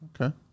Okay